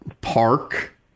park